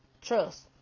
trust